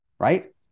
right